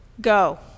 Go